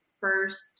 first